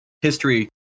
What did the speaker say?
history